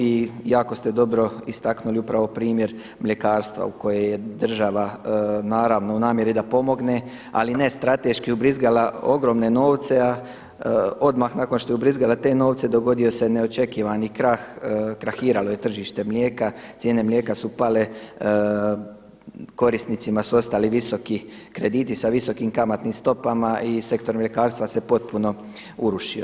I jako ste dobro istaknuli upravo primjer mljekarstva u kojem je država naravno u namjeri da pomogne ali ne strateški ubrizgala ogromne novce a odmah nakon što je ubrizgala te novce dogodio se neočekivani krah, krahiralo je tržište mlijeka, cijene mlijeka su pale, korisnicima su ostali visoki krediti sa visokim kamatnim stopama i sektor mljekarstva se potpuno urušio.